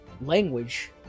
language